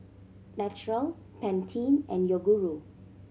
Naturel Pantene and Yoguru